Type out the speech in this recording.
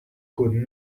could